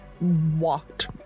walked